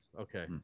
Okay